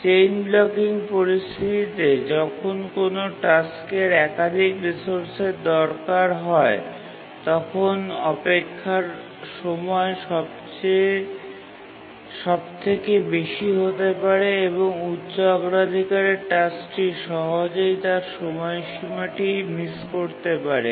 chain blocking পরিস্থিতিতে যখন কোনও টাস্কের একাধিক রিসোর্সের দরকার হয় তখন অপেক্ষার সময় সবথেকে বেশি হতে পারে এবং উচ্চ অগ্রাধিকারের টাস্কটি সহজেই তার সময়সীমাটি মিস করতে পারে